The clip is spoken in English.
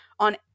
on